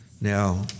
Now